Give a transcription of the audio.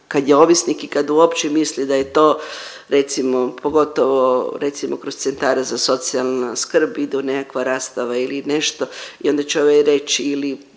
kad je ovisnik i kad uopće misli da je to recimo pogotovo recimo kroz centara za socijalnu skrb ide nekakva rastava ili nešto i onda će ovaj reć ili